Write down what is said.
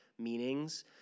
meanings